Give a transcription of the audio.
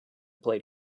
play